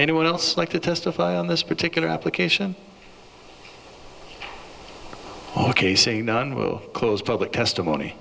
anyone else like to testify on this particular application ok say not close public testimony